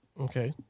Okay